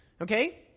Okay